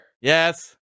Yes